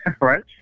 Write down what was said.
right